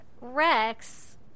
Rex